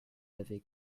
avez